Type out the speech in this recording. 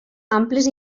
amples